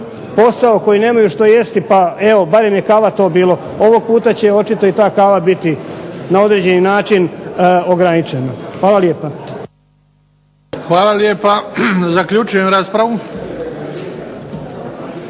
posao, koji nemaju što jesti, pa evo barem je kava to bilo. Ovog puta će očito i ta kava biti na određeni način ograničena. Hvala lijepa. **Bebić, Luka (HDZ)** Hvala lijepa. Zaključujem raspravu.